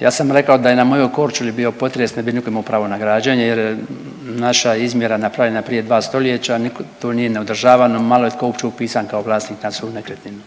Ja sam rekao da je na mojoj Korčuli bio potres ne bi niko imao pravo na građenje jer naša izmjera napravljena je prije dva stoljeća, niko to nije ni održavano, malo je tko uopće upisan kao vlasnik na svoju nekretninu.